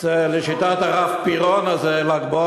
אולי ביום ראשון.